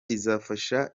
izafasha